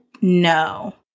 No